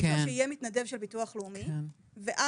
אי אפשר שיהיה מתנדב של ביטוח לאומי ואז